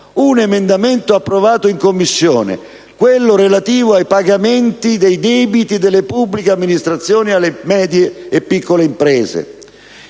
un emendamento approvato in Commissione, quello relativo ai pagamenti dei debiti delle pubbliche amministrazione alle medie e piccole imprese,